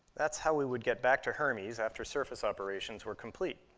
that's how we would get back to hermes after surface operations were complete.